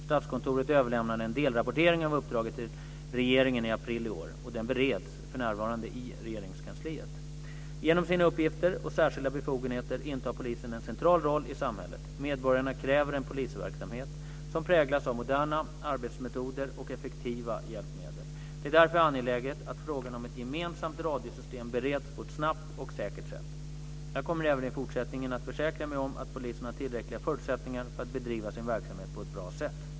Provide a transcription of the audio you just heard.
Statskontoret överlämnade en delrapportering av uppdraget till regeringen i april i år. Den bereds för närvarande i Regeringskansliet. Genom sina uppgifter och särskilda befogenheter intar polisen en central roll i samhället. Medborgarna kräver en polisverksamhet som präglas av moderna arbetsmetoder och effektiva hjälpmedel. Det är därför angeläget att frågan om ett gemensamt radiosystem bereds på ett snabbt och säkert sätt. Jag kommer även i fortsättningen att försäkra mig om att polisen har tillräckliga förutsättningar för att bedriva sin verksamhet på ett bra sätt.